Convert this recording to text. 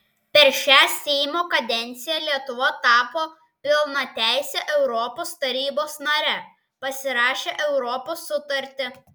per šią seimo kadenciją lietuva tapo pilnateise europos tarybos nare pasirašė europos sutartį